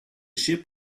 ship